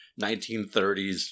1930s